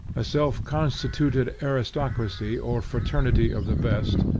a self-constituted aristocracy, or fraternity of the best,